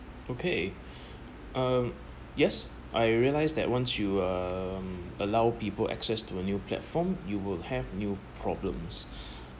okay uh yes I realized that once you um allow people access to a new platform you will have new problems